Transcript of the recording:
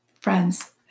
Friends